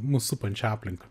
mus supančia aplinka